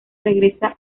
regresa